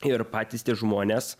ir patys tie žmonės